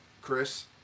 Chris